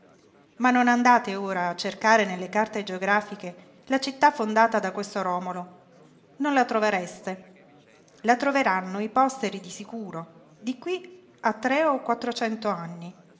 ma non andate ora a cercare nelle carte geografiche la città fondata da questo romolo non la trovereste la troveranno i posteri di sicuro di qui a tre o quattrocent'anni